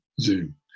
Zoom